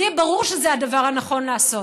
זה יהיה ברור שזה יהיה הדבר הנכון לעשות.